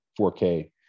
4K